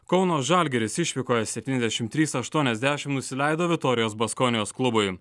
kauno žalgiris išvykoje septyniasdešim trys aštuoniasdešim nusileido vitorijos baskonijos klubui